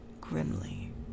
grimly